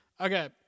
Okay